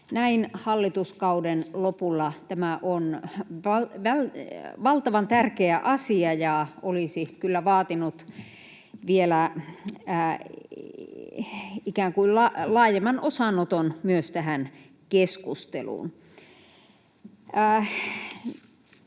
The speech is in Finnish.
näin hallituskauden lopulla. Tämä on valtavan tärkeä asia ja olisi kyllä vaatinut vielä ikään kuin laajemman osanoton myös tähän keskusteluun.